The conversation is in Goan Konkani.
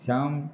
श्याम